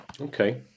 Okay